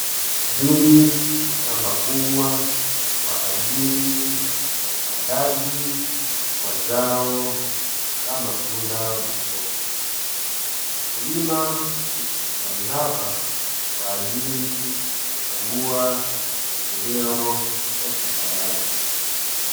Hili ni shamba kubwa, kwa ajili ya upandaji wa zao la matunda Bukoba, mkulima yupo shambani hapa, kwa ajili ya kukagua maendeleo ya shamba lake.